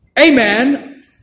amen